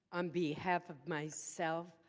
on behalf of myself.